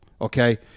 okay